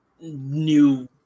new